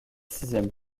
sixième